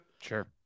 Sure